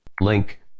Link